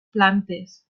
plantes